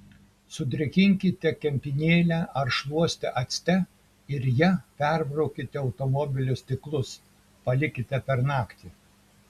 sudrėkinkite kempinėlę ar šluostę acte ir ja perbraukite automobilio stiklus palikite per naktį